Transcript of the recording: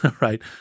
right